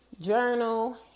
journal